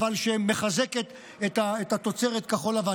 אבל שמחזקת את תוצרת כחול-לבן.